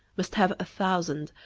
must have a thousand,